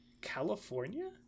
California